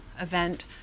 event